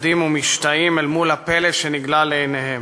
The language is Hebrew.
עומדים ומשתאים אל מול הפלא שנגלה לעיניהם.